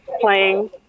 playing